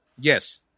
Yes